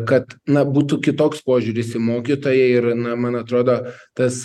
kad na būtų kitoks požiūris į mokytoją ir na man atrodo tas